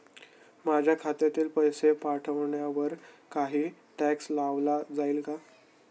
माझ्या खात्यातील पैसे पाठवण्यावर काही टॅक्स लावला जाईल का?